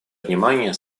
внимание